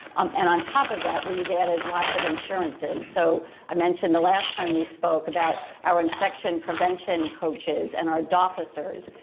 um and on top of that we've added lots of insurances. so i mentioned the last time we spoke about our infection prevention coaches and our dofficers,